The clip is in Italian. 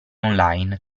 online